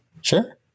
Sure